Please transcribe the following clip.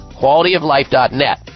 qualityoflife.net